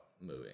moving